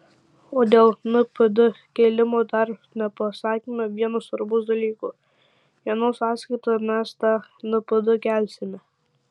o dėl npd kėlimo dar nepasakėme vieno svarbaus dalyko kieno sąskaita mes tą npd kelsime